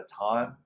time